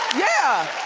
yeah,